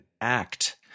act